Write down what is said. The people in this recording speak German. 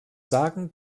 sagen